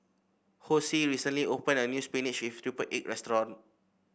Hosea recently opened a new spinach with triple egg restaurant